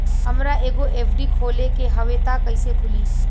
हमरा एगो एफ.डी खोले के हवे त कैसे खुली?